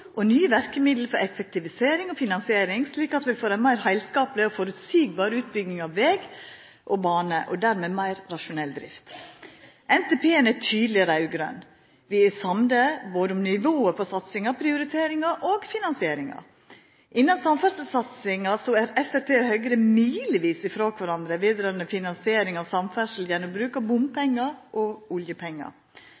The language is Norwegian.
og nye verkemiddel for effektivisering og finansiering, slik at vi får ein meir heilskapleg og føreseieleg utbygging av veg og bane og dermed meir rasjonell drift. NTP-en er tydeleg raud-grøn: Vi er samde om nivået på satsinga, prioriteringa og finansieringa. Innan samferdselsatsinga er Framstegspartiet og Høgre milevis ifrå kvarandre når det gjeld finansiering av samferdsel gjennom bruk av